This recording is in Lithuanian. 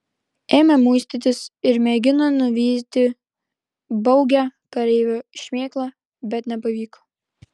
ėmė muistytis ir mėgino nuvyti baugią kareivio šmėklą bet nepavyko